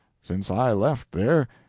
since i left there,